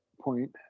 point